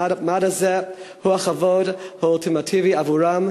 המעמד הזה הוא הכבוד האולטימטיבי עבורם.